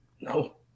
No